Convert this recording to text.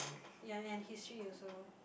ya and history also